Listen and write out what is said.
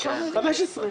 ב-2015 אישרנו את זה?